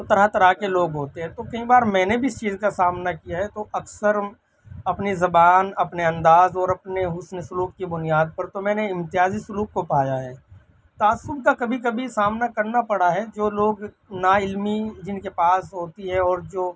تو طرح طرح کے لوگ ہوتے ہیں تو کئی بار میں نے بھی اس چیز کا سامنا کیا ہے تو اکثر اپنی زبان اپنے انداز اور اپنے حسن سلوک کی بنیاد پر تو میں نے امتیازی سلوک کو پایا ہے تعصب کا کبھی کبھی سامنا کرنا پڑا ہے جو لوگ نا علمی جن کے پاس ہوتی ہے اور جو